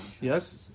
Yes